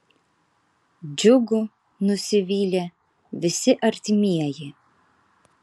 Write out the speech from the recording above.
džiugu nusivylė visi artimieji